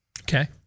Okay